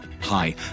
Hi